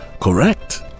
Correct